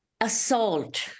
assault